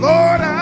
Lord